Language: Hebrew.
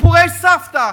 סיפורי סבתא,